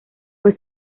fue